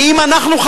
ואם אנחנו,